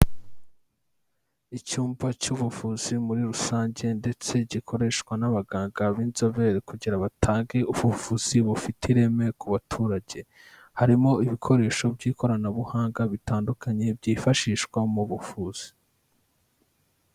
Icyumba cy'ubuvuzi muri rusange ndetse gikoreshwa n'abaganga b'inzobere kugira batange ubuvuzi bufite ireme ku baturage, harimo ibikoresho by'ikoranabuhanga bitandukanye byifashishwa mu buvuzi.